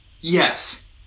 Yes